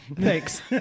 Thanks